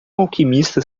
alquimista